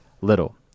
little